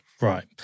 Right